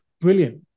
brilliant